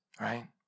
right